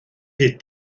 est